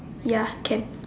ya can